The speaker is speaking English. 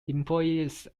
employees